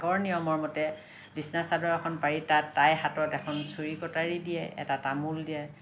আগৰ নিয়মৰ মতে বিছনা চাদৰ এখন পাৰি তাত তাইৰ হাতত এখন চুৰি কটাৰী দিয়ে এটা তামোল দিয়ে